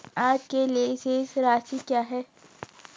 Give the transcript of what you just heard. आज के लिए शेष राशि क्या है?